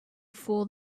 fool